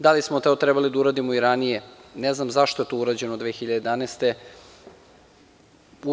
Da li smo to trebali da uradimo i ranije, ne znam zašto je to urađeno 2011. godine.